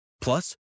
Plus